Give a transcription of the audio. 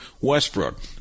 Westbrook